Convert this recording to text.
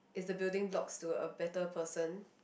it's a building blocks to a better person